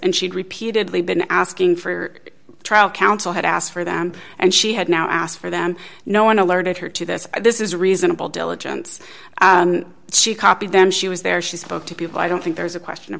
and she'd repeatedly been asking for trial counsel had asked for them and she had now asked for them no one alerted her to this this is reasonable diligence she copied them she was there she spoke to people i don't think there's a question of